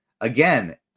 again